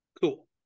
Cool